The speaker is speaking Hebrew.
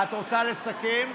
אתה רוצה לסכם?